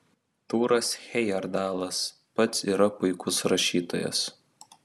tūras hejerdalas pats yra puikus rašytojas